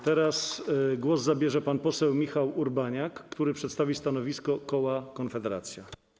Teraz głos zabierze pan poseł Michał Urbaniak, który przedstawi stanowisko koła Konfederacja.